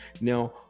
Now